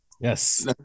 Yes